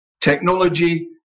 technology